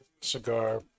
cigar